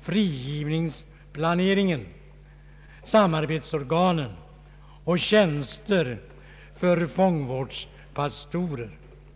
frigivningsplaneringen, samarbetsorganen och tjänster för fångvårdspastorer.